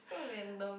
so random